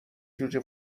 جوجه